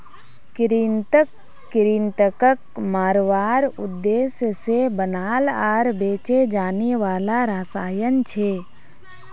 कृंतक कृन्तकक मारवार उद्देश्य से बनाल आर बेचे जाने वाला रसायन छे